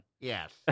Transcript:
Yes